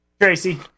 Tracy